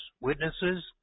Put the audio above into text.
witnesses